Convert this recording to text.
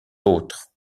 l’autre